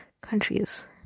countries